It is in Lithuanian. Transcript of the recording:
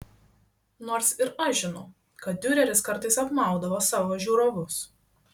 nors ir aš žinau kad diureris kartais apmaudavo savo žiūrovus